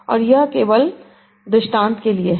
और यह केवल दृष्टांत के लिए है